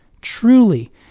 truly